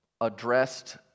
addressed